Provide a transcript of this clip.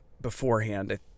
beforehand